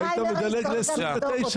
היית מדלג ל-29.